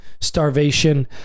starvation